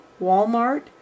Walmart